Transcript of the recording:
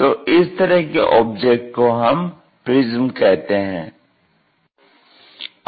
तो इस तरह के ऑब्जेक्ट को हम प्रिज्म कहते हैं